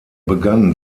begann